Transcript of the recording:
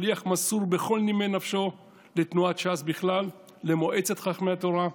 שליח מסור בכל נימי נפשו לתנועת ש"ס ולמועצת חכמי תורה,